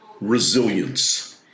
resilience